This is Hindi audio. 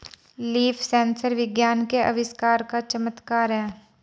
लीफ सेंसर विज्ञान के आविष्कार का चमत्कार है